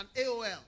AOL